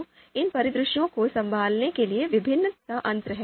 तो इन परिदृश्यों को संभालने के लिए विभिन्न तंत्र हैं